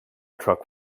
truck